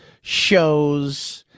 shows